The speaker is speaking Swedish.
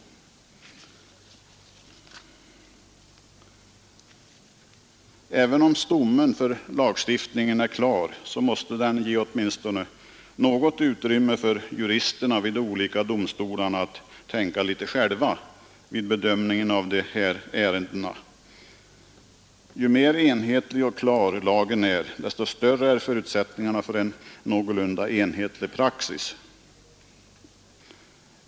Även om stommen för lagstiftningen är klar måste den ge åtminstone något utrymme för juristerna vid de olika domstolarna att tänka själva vid bedömningen av dessa ärenden. Ju mer enhetlig och klar lagen är, desto större är förutsättningarna för en någorlunda enhetlig praxis.